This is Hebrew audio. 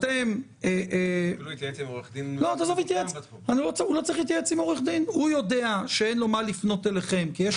אני לא מכיר כזאת דוקטרינה חוקתית במדינת